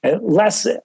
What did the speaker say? less